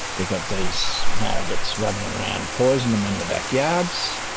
they've got these maggots running around poisoning them in the backyards.